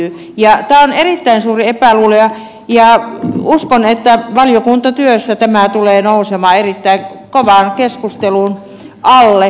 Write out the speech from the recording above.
tämä on erittäin suuri epäluulo ja uskon että valiokuntatyössä tämä tulee nousemaan erittäin kovan keskustelun alle